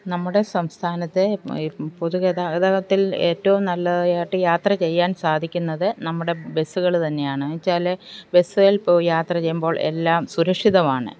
നമ്മുടെ സംസ്ഥാനത്തെ പൊതുഗതാഗതത്തിൽ ഏറ്റവും നല്ലതായിട്ട് യാത്ര ചെയ്യാൻ സാധിക്കുന്നത് നമ്മുടെ ബസ്സുകൾ തന്നെയാണ് എന്നുവെച്ചാൽ ബസ്സിൽ ഇപ്പോൾ യാത്ര ചെയ്യുമ്പോൾ എല്ലാം സുരക്ഷിതമാണ്